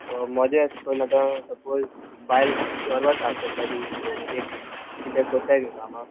मोदे एशकोन्न आसको सपोज बायल घरव साफ कोत्ताली सो एक कितें कोताय पय कामां